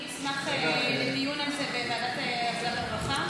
אני אשמח לדיון על זה בוועדת עבודה ורווחה.